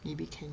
maybe can